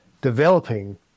developing